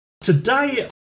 Today